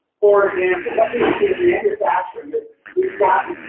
for example, what we see in manufacturing is we've gotten.